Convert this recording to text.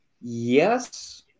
Yes